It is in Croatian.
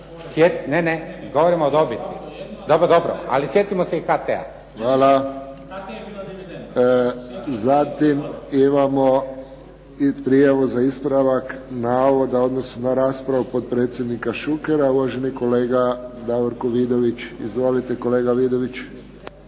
Ne, ne, govorim o dobiti. Dobro, dobro, ali sjetimo se i HT-a. **Friščić, Josip (HSS)** Hvala. Zatim imamo i prijavu za ispravak navoda u odnosu na raspravu potpredsjednika Šukera, uvaženi kolega Davorko Vidović. Izvolite kolega Vidović.